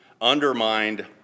undermined